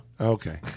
Okay